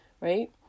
Right